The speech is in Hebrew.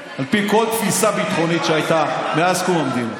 על פי כל תפיסה ביטחונית שהייתה מאז קום המדינה,